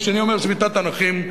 כשאני אומר "שביתת הנכים",